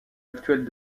actuelle